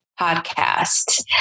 podcast